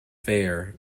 fair